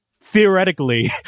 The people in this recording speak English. theoretically